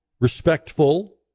respectful